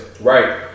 Right